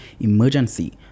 emergency